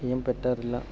ചെയ്യാൻ പറ്റാറില്ല